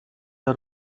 der